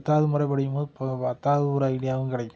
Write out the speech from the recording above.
பத்தாவது முறை படிக்கும்போது பத்தாவது ஒரு ஐடியாவும் கிடைக்கும்